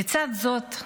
לצד זאת,